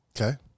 okay